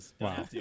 Wow